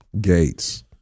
Gates